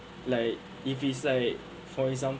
like if it's like for example